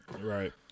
Right